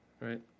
Right